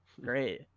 great